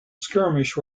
skirmish